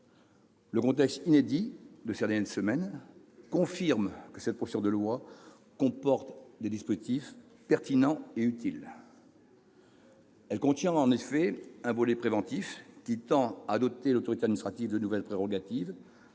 Le contexte inédit de ces dernières semaines confirme que cette proposition de loi comporte des dispositifs pertinents et utiles. Celle-ci contient en effet un volet préventif, qui tend à doter l'autorité administrative de nouvelles prérogatives